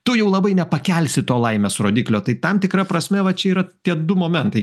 tu jau labai nepakelsi to laimės rodiklio tai tam tikra prasme va čia yra tie du momentai